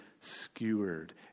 skewered